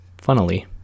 funnily